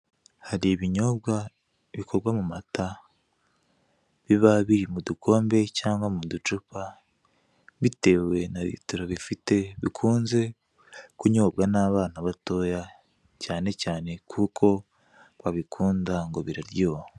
Hari ibinyobwa bikorwa mu mata biba biri mu dukombe cyangwa mu ducupa bitewe na litiro bifite, bikunze kunyobwa n'abana batoya cyane cyane kuko babikunda ngo biraryoha.